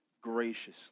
graciously